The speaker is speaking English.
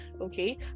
okay